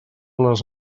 les